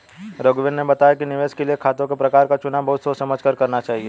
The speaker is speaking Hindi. रघुवीर ने बताया कि निवेश के लिए खातों के प्रकार का चुनाव बहुत सोच समझ कर करना चाहिए